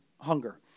hunger